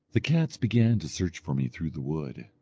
the cats began to search for me through the wood,